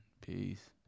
Peace